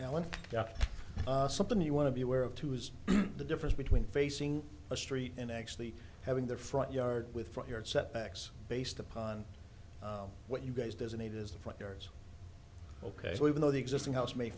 allen something you want to be aware of to is the difference between facing a street and actually having their front yard with front yard setbacks based upon what you guys designated as the front doors ok so even though the existing house m